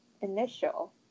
initial